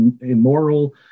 immoral